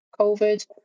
COVID